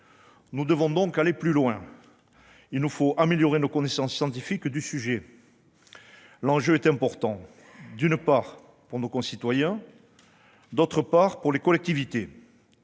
Nous devons donc aller plus loin. Il nous faut améliorer nos connaissances scientifiques du sujet. L'enjeu est important pour nos concitoyens, d'une part, et pour les collectivités,